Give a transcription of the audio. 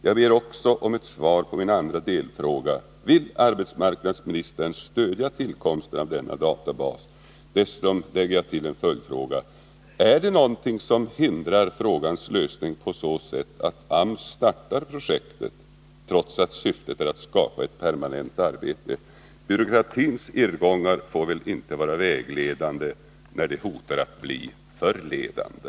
Jag ber också om ett svar på min andra delfråga: Vill arbetsmarknadsministern stödja tillkomsten av denna databas? Dessutom lägger jag till en följdfråga: Är det något som hindrar frågans lösning på så sätt att AMS startar projektet, trots att syftet är att skapa ett permanent arbete? Byråkratins irrgångar får väl inte vara vägledande när de hotar att bli förledande?